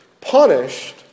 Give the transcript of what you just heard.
punished